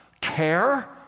care